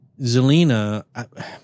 Zelina